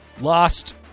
Lost